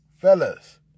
fellas